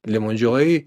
lemon džojui